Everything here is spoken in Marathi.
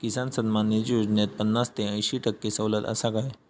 किसान सन्मान निधी योजनेत पन्नास ते अंयशी टक्के सवलत आसा काय?